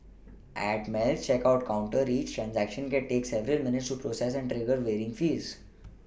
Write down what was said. at Melt's checkout counter each transaction can take several minutes to process and trigger varying fees